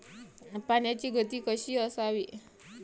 पाण्याची गती कशी असावी?